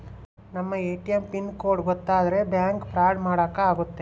ನಮ್ ATM pin code ಗೊತ್ತಾದ್ರೆ bank fraud ಮಾಡಾಕ ಆಗುತ್ತೆ